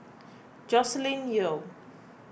Joscelin Yeo